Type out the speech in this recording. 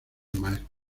maestras